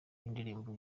y’indirimbo